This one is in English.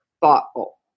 thoughtful